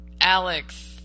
Alex